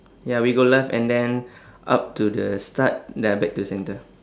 ya we go left and then up to the start then back to centre